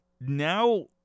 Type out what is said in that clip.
now